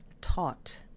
taught